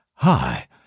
Hi